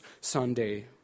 Sunday